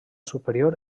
superior